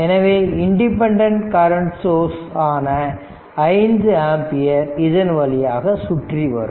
எனவே independent current source ஆன 5 ampere இதன் வழியாக சுற்றி வரும்